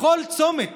בכל צומת